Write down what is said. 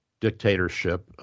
dictatorship